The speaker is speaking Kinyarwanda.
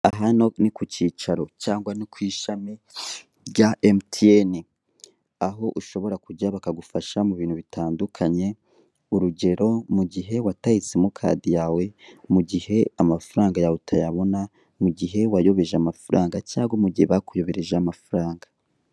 Aha ni ku cyicaro cyangwa ni ku ishami rya mtn aho ushobora kujya bakagufasha mu bintu bitandukanye, urugero mu gihe wataye simukadi yawe mu gihe amafaranga yawe utayabona, mu gihe wayobeje amafaranga cyangwa umu gihe bakuyohejeho amafaranga.